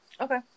Okay